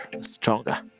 stronger